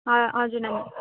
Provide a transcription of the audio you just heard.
ह हजुर नानी